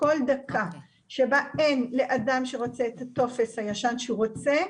כל דקה שבה אין לאדם שרוצה את הטופס הישן שהוא רוצה,